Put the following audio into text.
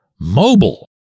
mobile